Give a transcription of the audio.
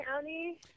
County